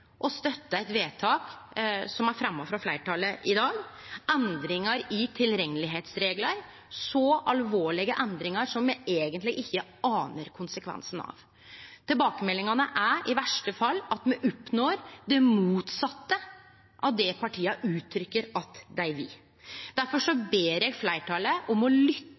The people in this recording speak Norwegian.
å støtte eit forslag som er fremja av eit mindretal i dag, om endringar i tilreknelegheitsreglar, alvorlege endringar som me eigentleg ikkje anar konsekvensen av. Tilbakemeldingane er at me i verste fall oppnår det motsette av det partia uttykkjer at dei vil. Derfor ber eg fleirtalet om å lytte